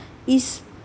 is